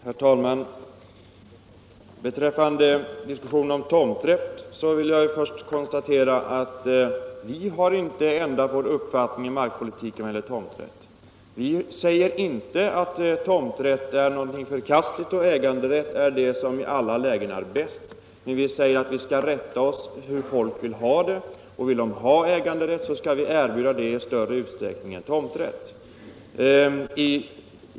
Herr talman! När det gäller diskussionen om tomträtt vill jag konstatera att vi inte har ändrat vår uppfattning. Moderata samlingspartiet säger inte att tomträtt är någonting förkastligt och äganderätt det som i alla lägen är bäst. Vi säger att vi skall rätta oss efter hur folk vill ha det; vill de ha äganderätt skall vi erbjuda sådan i större utsträckning än tomträtt.